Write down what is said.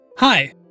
Hi